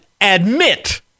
admit